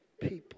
people